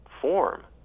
form